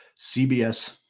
CBS